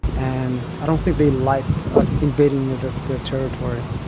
and i don't think they liked us invading their territory.